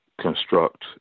construct